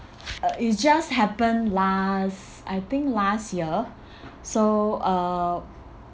uh it just happened last I think last year so uh